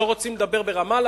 לא רוצים לדבר ברמאללה?